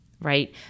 right